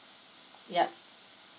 yup